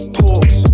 talks